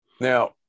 Now